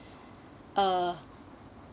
uh